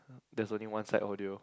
there's only one side audio